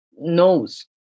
knows